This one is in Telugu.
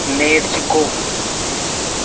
నేర్చుకో